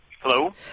Hello